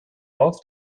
auf